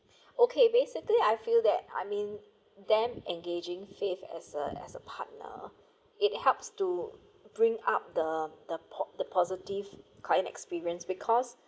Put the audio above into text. okay basically I feel that I mean then engaging faith as a as a partner it helps to bring up the the po~ the positive client experience because